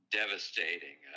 devastating